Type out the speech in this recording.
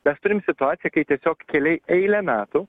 mes turim situaciją kai tiesiog keliai eilę metų